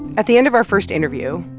at the end of our first interview,